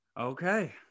okay